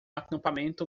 acampamento